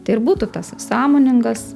tai ir būtų tas sąmoningas